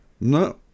no